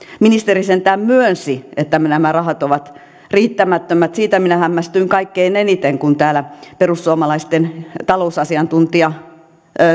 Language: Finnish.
ministeri sentään myönsi että nämä rahat ovat riittämättömät siitä minä hämmästyin kaikkein eniten kun täällä perussuomalaisten talousasiantuntija